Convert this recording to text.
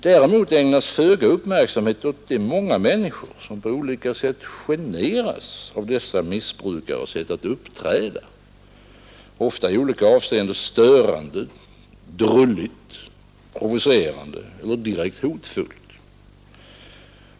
Däremot ägnas föga uppmärksamhet åt de många människor som på olika sätt generas av dessa missbrukares sätt att uppträda, ofta i olika avseenden störande, drulligt, provocerande eller direkt hotfullt.